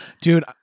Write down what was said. Dude